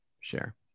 share